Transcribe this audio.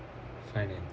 finance